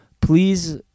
Please